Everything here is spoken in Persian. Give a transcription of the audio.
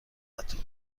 قطار